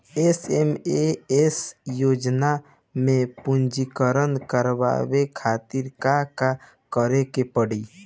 SMAM योजना में पंजीकरण करावे खातिर का का करे के पड़ी?